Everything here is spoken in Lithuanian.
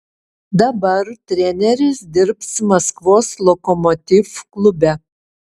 dabar treneris dirbs maskvos lokomotiv klube